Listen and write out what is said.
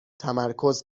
تمرکز